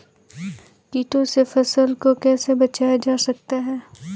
कीटों से फसल को कैसे बचाया जा सकता है?